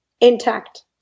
intact